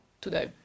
today